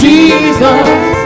Jesus